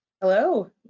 Hello